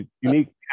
unique